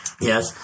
Yes